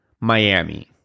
Miami